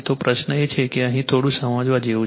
તો પ્રશ્ન એ છે કે અહીં થોડું સમજવા જેવું છે